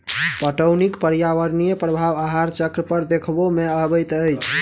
पटौनीक पर्यावरणीय प्रभाव आहार चक्र पर देखबा मे अबैत अछि